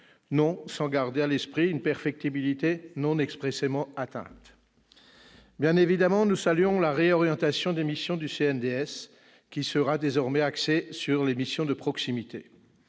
non sans garder à l'esprit une perfectibilité non expressément atteinte. Bien évidemment, nous saluons la réorientation des missions du CNDS, qui seront désormais axées sur la proximité.